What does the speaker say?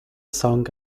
song